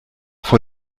vor